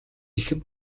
эхэнд